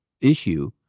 issue